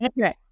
Okay